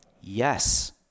Yes